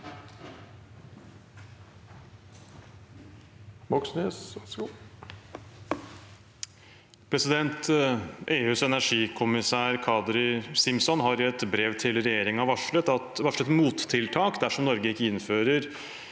EUs energikommis- sær, Kadri Simson, har i et brev til regjeringen varslet mottiltak dersom Norge ikke innfører